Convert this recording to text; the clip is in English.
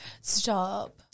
stop